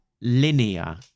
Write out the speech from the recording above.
linear